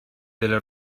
delle